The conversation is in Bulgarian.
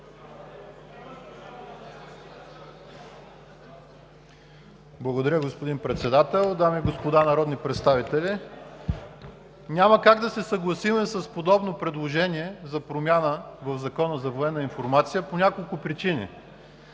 Благодаря, господин Председател. Дами и господа народни представители! Няма как да се съгласим с подобно предложение за промяна в Закона за военната информация по няколко причини.